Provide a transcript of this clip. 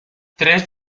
tres